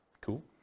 Cool